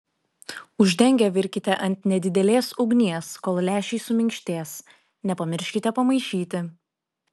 uždengę virkite ant nedidelės ugnies kol lęšiai suminkštės nepamirškite pamaišyti